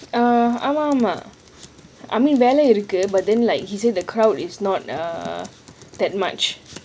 ஆமா ஆமா:aaama aaama I mean வெள இருக்கு:weala irukku but then like he say the crowd is not that much